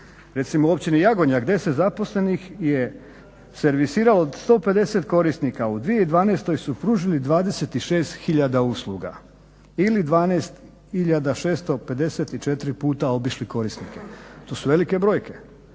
Recimo u Općini Jagodnjak 10 zaposlenih je servisiralo 150 korisnika. U 2012.su pružili 26 tisuća usluga ili 12 tisuća 654 puta obišli korisnike. To su velike brojke,